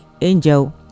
Angel